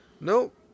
nope